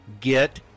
get